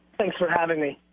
thanks for having me.